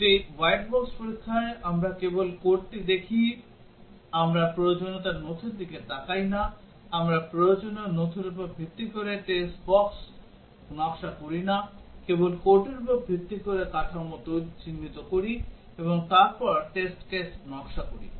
একটি white box পরীক্ষায় আমরা কেবল কোডটি দেখি আমরা প্রয়োজনীয়তার নথির দিকে তাকাই না আমরা প্রয়োজনীয় নথির উপর ভিত্তি করে টেস্ট কেস নকশা করি না কেবল কোডের উপর ভিত্তি করে কাঠামো চিহ্নিত করি এবং তারপর টেস্ট কেস নকশা করি